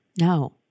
No